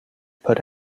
put